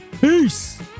Peace